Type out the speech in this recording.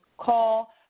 call